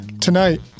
tonight